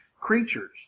creatures